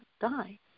die